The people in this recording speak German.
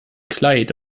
kleid